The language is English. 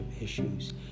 issues